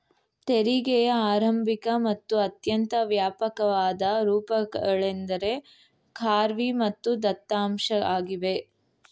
ತೆರಿಗೆಯ ಆರಂಭಿಕ ಮತ್ತು ಅತ್ಯಂತ ವ್ಯಾಪಕವಾದ ರೂಪಗಳೆಂದ್ರೆ ಖಾರ್ವಿ ಮತ್ತು ದತ್ತಾಂಶ ಆಗಿವೆ